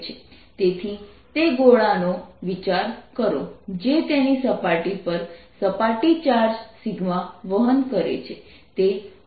તેથી તે ગોળાનો વિચાર કરો જે તેની સપાટી પર સપાટી ચાર્જ વહન કરે છે તે ઉદ્દગમ છે